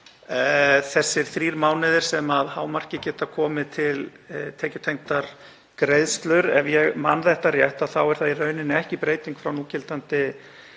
þeirra þriggja mánaða þar sem að hámarki geta komið til tekjutengdar greiðslur. Ef ég man þetta rétt þá er það í rauninni ekki breyting frá núgildandi